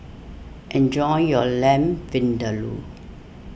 enjoy your Lamb Vindaloo